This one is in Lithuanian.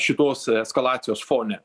šitos eskalacijos fone